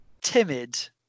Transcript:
timid